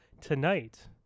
Tonight